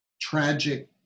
tragic